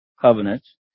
covenants